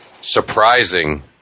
surprising